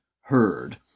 heard